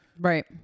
Right